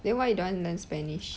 then why you don't want learn spanish